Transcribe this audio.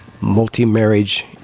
multi-marriage